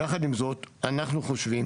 אנחנו חושבים